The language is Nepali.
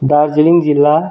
दार्जिलिङ जिल्ला